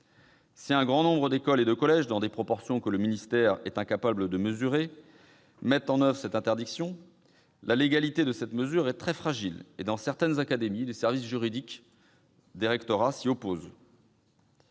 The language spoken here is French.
Si un grand nombre d'écoles et de collèges, dans des proportions que le ministère est incapable de mesurer, mettent en oeuvre cette interdiction, la légalité de cette mesure est très fragile et, dans certaines académies, les services juridiques des rectorats s'y opposent.